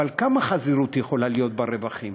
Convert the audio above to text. אבל כמה חזירות יכולה להיות ברווחים?